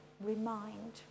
remind